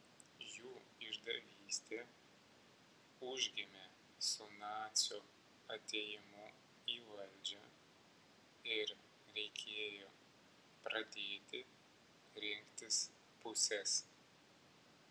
jų išdavystė užgimė su nacių atėjimu į valdžią ir reikėjo pradėti rinktis puses